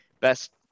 best